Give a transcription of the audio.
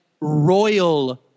Royal